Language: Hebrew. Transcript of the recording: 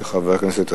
של חבר הכנסת אזולאי,